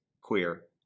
queer